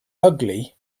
ugly